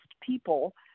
people